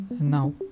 now